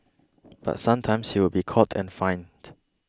but sometimes he would be caught and fined